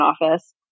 office